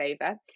over